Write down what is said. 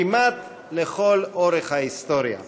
כמעט לכל אורך ההיסטוריה: